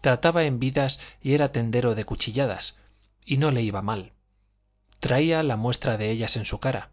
trataba en vidas y era tendero de cuchilladas y no le iba mal traía la muestra de ellas en su cara